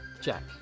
Jack